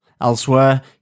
Elsewhere